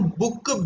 book